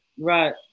Right